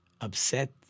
upset